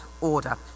order